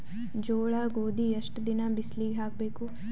ಜೋಳ ಗೋಧಿ ಎಷ್ಟ ದಿನ ಬಿಸಿಲಿಗೆ ಹಾಕ್ಬೇಕು?